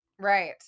Right